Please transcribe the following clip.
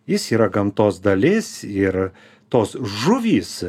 jis yra gamtos dalis ir tos žuvys